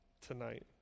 tonight